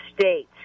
states